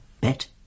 bet